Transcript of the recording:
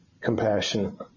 compassion